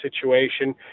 situation